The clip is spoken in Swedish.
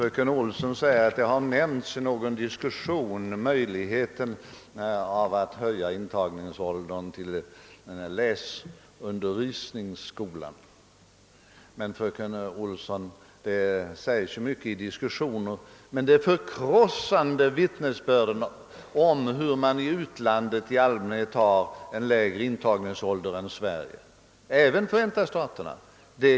Herr talman! Fröken Olsson säger att möjligheten att höja åldern för läsundervisningen i skolan har nämnts i någon diskussion. Det nämnes mycket i diskussioner, fröken Olsson, men vittnesbörden om att man i utlandet i allmänhet har en lägre intagningsålder än i Sverige är förkrossande.